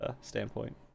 standpoint